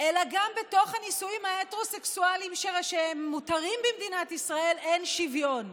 אלא גם בתוך הנישואים ההטרוסקסואליים שמותרים במדינת ישראל אין שוויון,